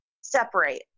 separate